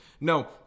No